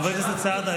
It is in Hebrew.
חבר הכנסת סעדה,